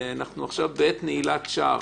עכשיו אנחנו בעת נעילת שער.